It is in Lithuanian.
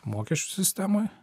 mokesčių sistemoje